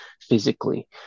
physically